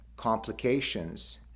complications